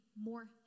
more